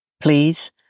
Please